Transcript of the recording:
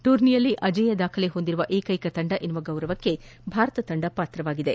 ಟೂರ್ನಿಯಲ್ಲಿ ಅಜೇಯ ದಾಖಲೆ ಹೊಂದಿರುವ ಏಕ್ಷೆಕ ತಂಡ ಎಂಬ ಗೌರವಕ್ಷೆ ಭಾರತ ಪಾತ್ರವಾಗಿದೆ